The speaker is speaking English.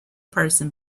person